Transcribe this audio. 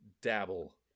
dabble